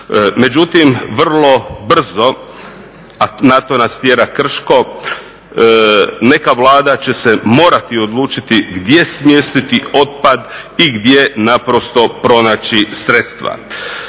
Međutim, vrlo brzo, a na to nas tjera Krško, neka Vlada će se morati odlučiti gdje smjestiti otpad i gdje naprosto pronaći sredstva.